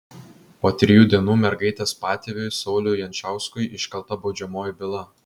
po trijų dienų mergaitės patėviui sauliui jančiauskui iškelta baudžiamoji byla